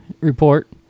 report